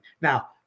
Now